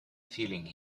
feeling